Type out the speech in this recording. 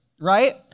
right